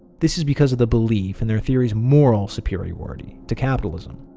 this is because of the belief in their theories' moral superiority to capitalism.